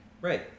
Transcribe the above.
Right